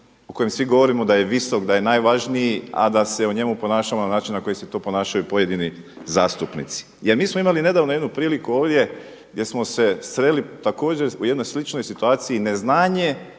o kojem svi govorimo da je visok, da je najvažniji, a da se u njemu ponašamo na način na koji se tu ponašaju pojedini zastupnici. Mi smo imali nedavno jednu priliku ovdje gdje smo se sreli također u jednoj sličnoj situaciji i neznanje